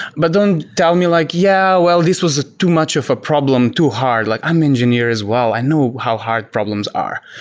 but don't tell me like, yeah. well, this was too much of a problem. too hard. like i'm an engineer as well. i know how hard problems are.